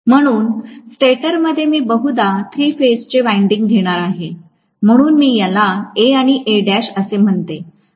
म्हणून स्टेटरमध्ये मी बहुधा थ्री फेज चे विंडिंग्ज घेणार आहे म्हणून मी याला A आणि Al असे म्हणते